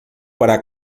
para